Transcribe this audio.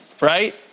right